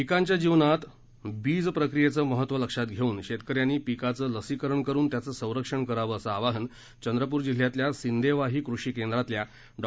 पिकाच्या जीवनात बीज प्रक्रियेचं महत्त्व लक्षात घेऊन शेतकऱ्यांनी पिकाचं लसीकरण करून त्याचं संरक्षण करावं असं आवाहन चंद्रप्र जिल्ह्यातल्या सिंदेवाही कृषी केंद्रातल्या डॉ